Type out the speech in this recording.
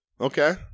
Okay